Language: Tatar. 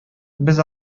без